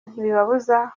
ntibibabuza